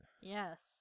Yes